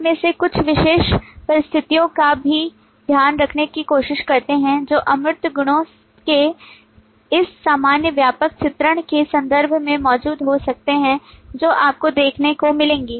आप में से कुछ विशेष परिस्थितियों का भी ध्यान रखने की कोशिश करते हैं जो अमूर्त गुणों के इस सामान्य व्यापक चित्रण के संदर्भ में मौजूद हो सकते हैं जो आपको देखने को मिलेंगे